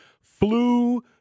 flew